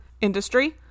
industry